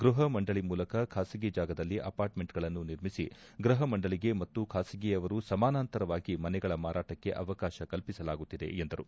ಗ್ಲಪ ಮಂಡಳಿ ಮೂಲಕ ಖಾಸಗಿ ಜಾಗದಲ್ಲಿ ಅಪಾರ್ಟ್ಮೆಂಟ್ಗಳನ್ನು ನಿರ್ಮಿಸಿ ಗ್ಲಪ ಮಂಡಳಿಗೆ ಮತ್ತು ಖಾಸಗಿಯವರು ಸಮಾನಾಂತರವಾಗಿ ಮನೆಗಳ ಮಾರಾಟಕ್ಕೆ ಅವಕಾಶ ಕಲ್ಪಿಸಲಾಗುತ್ತಿದೆ ಎಂದರು